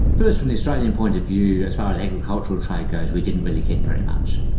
first, from the australian point of view as far as agricultural trade goes we didn't really get very much.